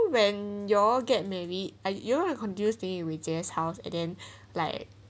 when you're get married you're conducive during weijie's house again like